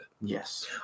Yes